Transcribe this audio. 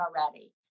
already